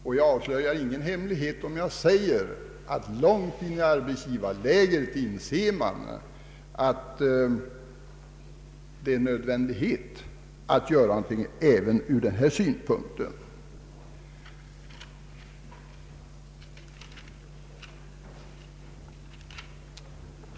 Jag avslöjar ingen hemlighet om jag säger att man långt inne i arbetsgivarlägret inser att det är nödvändigt att göra något även ur denna synpunkt.